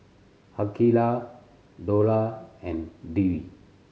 Aqeelah Dollah and Dwi